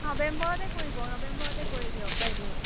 নৱেম্বৰতে কৰিব নৱেম্বৰতে কৰি দিয়ক বাইদেউ